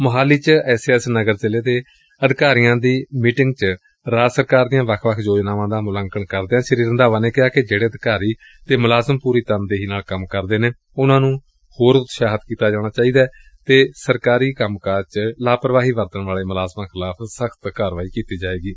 ਮੋਹਾਲੀ ਚ S A S Nagar ਜ਼ਿਲ੍ਹੇ ਦੇ ਅਧਿਕਾਰੀਆਂ ਦੀ ਇਕ ਮੀਟਿੰਗ ਚ ਰਾਜ ਸਰਕਾਰ ਦੀਆਂ ਵੱਖ ਵੱਖ ਯੋਜਨਾਵਾਂ ਦਾ ਮੁਲਾਂਕਣ ਕਰਦਿਆਂ ਸ੍ਰੀ ਰੰਧਾਵਾ ਨੇ ਕਿਹਾ ਕਿ ਜਿਹੜੇ ਅਧਿਕਾਰੀ ਅਤੇ ਮੁਲਾਜ਼ਮ ਪੁਰੀ ਤਨਦੇਹੀ ਨਾਲ ਕੰਮ ਕਰਦੇ ਨੇ ਉਨੂਾ ਨੂੰ ਹੋਰ ਉਤਸ਼ਾਹਿਤ ਕੀਤਾ ਜਾਏਗਾ ਅਤੇ ਸਰਕਾਰ ਕੰਮ ਕਾਜ ਚ ਲਾਪਰਵਾਹੀ ਵਰਤਣ ਵਾਲੇ ਮੁਲਾਜ਼ਮਾਂ ਖਿਲਾਫ਼ ਸਖ਼ਤ ਕਾਰਵਾਈ ਕੀਤੀ ਜਾਏਗੀ